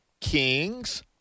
Kings